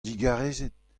digarezit